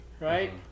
right